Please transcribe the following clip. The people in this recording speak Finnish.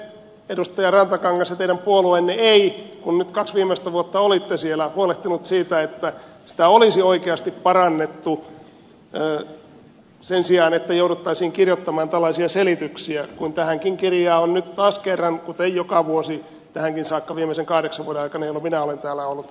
miksi te edustaja rantakangas ja teidän puolueenne ette kun nyt kaksi viimeistä vuotta olitte siellä huolehtineet siitä että sitä olisi oikeasti parannettu sen sijaan että jouduttaisiin kirjoittamaan tällaisia selityksiä kuin tähänkin kirjaan on nyt taas kerran kirjoitettu kuten joka vuosi tähänkin saakka viimeisten kahdeksan vuoden aikana jolloin minä olen täällä ollut